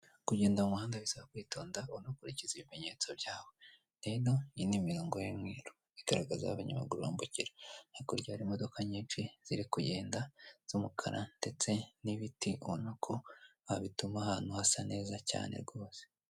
Kugenda muhanda bisaba kwitonda unakurikiza ibimenyetso byawe .Rero iyi ni imirongo y'umweru igaragaza abanyamaguru bambukira hakurya hari imodoka nyinshi ziri kugenda z'umukara ndetse n'ibiti ubona ko bituma ahantu hasa neza cyane rwose.